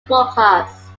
broadcasts